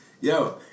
Yo